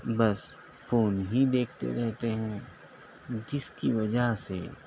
بس فون ہی دیکھتے رہتے ہیں جس کی وجہ سے